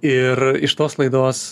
ir iš tos laidos